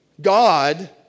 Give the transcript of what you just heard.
God